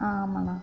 ஆமாம் ஆமாம் அண்ணா